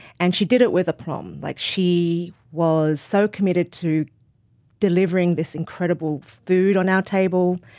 and she did it with aplomb. like she was so committed to delivering this incredible food on our table